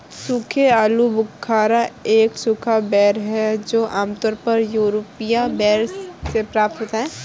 सूखे आलूबुखारा एक सूखा बेर है जो आमतौर पर यूरोपीय बेर से प्राप्त होता है